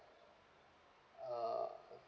uh